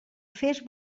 fes